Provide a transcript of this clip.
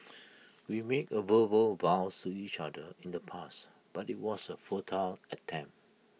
we made A verbal vows to each other in the past but IT was A futile attempt